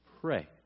Pray